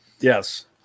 Yes